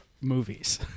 movies